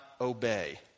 obey